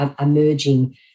emerging